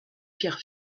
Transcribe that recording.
pierre